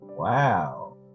Wow